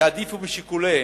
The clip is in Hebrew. יעדיפו משיקוליהן,